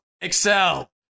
Excel